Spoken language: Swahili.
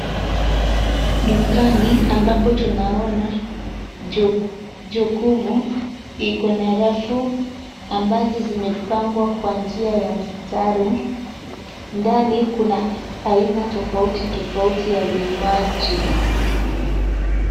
Dukani ambapo tunaona jokovu ikona rafu ambazo zimepangwa kwa njia ya mstari. Ndani kuna aina tofautitofauti ya vinywaji.